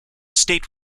state